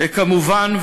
כמובן,